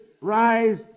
rise